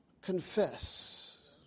confess